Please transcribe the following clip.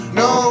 no